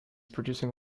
producing